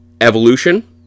Evolution